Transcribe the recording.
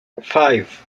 five